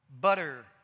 butter